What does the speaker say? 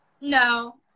no